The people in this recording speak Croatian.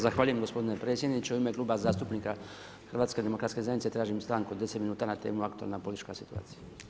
Zahvaljujem gospodine predsjedniče, u ime Kluba zastupnika HDZ-a tražim stanku od 10 minuta na temu aktualna politička situacija.